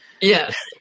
Yes